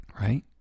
right